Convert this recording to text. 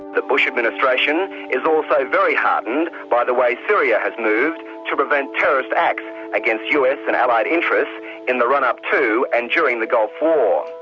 the bush administration is also very heartened by the way syria has moved to prevent terrorist acts against us and allied interests in the run-up to and during the gulf war.